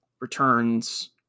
returns